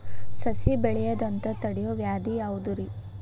ಸಸಿ ಬೆಳೆಯದಂತ ತಡಿಯೋ ವ್ಯಾಧಿ ಯಾವುದು ರಿ?